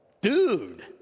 dude